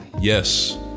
Yes